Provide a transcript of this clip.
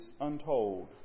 untold